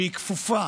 שהיא כפופה